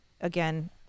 again